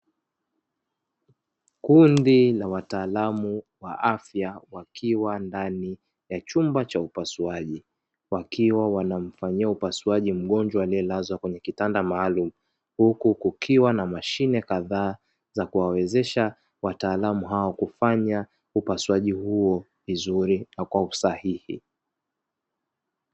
Kundi la wataalamu wa afya wakiwa ndani ya chumba cha upasuaji, wakiwa wanamfanyia upasuaji mgonjwa aliyelazwa kwenye kitanda maalumu, huku kukiwa na mashine kadhaa za kuwawezesha wataalamu hao kufanya upasuajj huo vizuri na kwa usahihi.